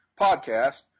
podcast